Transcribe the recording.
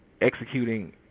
executing